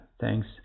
Thanks